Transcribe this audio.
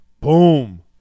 Boom